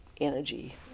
energy